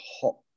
hot